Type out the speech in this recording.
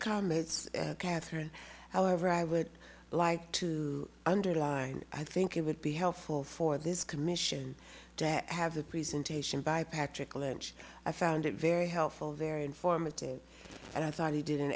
comments catherine however i would like to underline i think it would be helpful for this commission to have the presentation by patrick lynch i found it very helpful very informative and i thought he did an